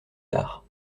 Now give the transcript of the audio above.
tard